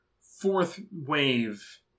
fourth-wave